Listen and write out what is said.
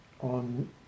on